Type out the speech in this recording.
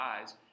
eyes